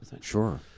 Sure